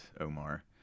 Omar